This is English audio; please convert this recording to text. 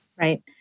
Right